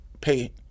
pay